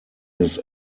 his